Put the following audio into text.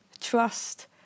Trust